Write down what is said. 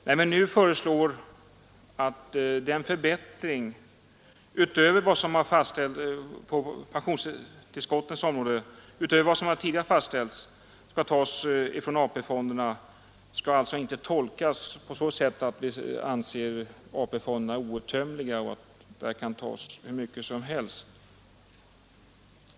När vi nu föreslår att förbättringen utöver vad som tidigare fastställts skall tas från AP-fonderna, får detta inte tolkas så att vi skulle anse AP-fonderna outtömliga och att man där kan ta hur mycket som helst.